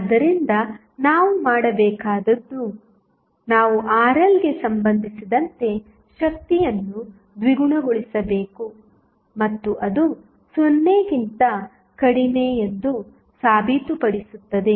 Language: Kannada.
ಆದ್ದರಿಂದ ನಾವು ಮಾಡಬೇಕಾದುದು ನಾವು RLಗೆ ಸಂಬಂಧಿಸಿದಂತೆ ಶಕ್ತಿಯನ್ನು ದ್ವಿಗುಣಗೊಳಿಸಬೇಕು ಮತ್ತು ಅದು 0 ಕ್ಕಿಂತ ಕಡಿಮೆ ಎಂದು ಸಾಬೀತುಪಡಿಸುತ್ತದೆ